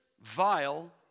vile